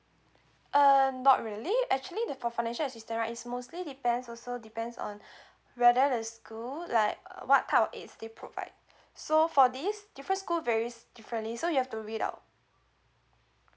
uh not really actually the financial assistance right is mostly depends also depends on whether the school like uh what type of aid they provide so for this different school varies differently so you have to read out